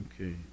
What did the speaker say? Okay